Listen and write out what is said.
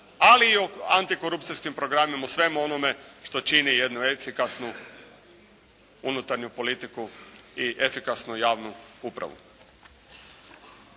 ali i o antikorupcijskim programima, o svemu onome što čini jednu efikasnu, unutarnju politiku i efikasnu javnu upravu.